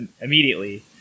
immediately